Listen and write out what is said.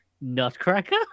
nutcracker